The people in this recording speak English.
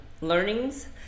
learnings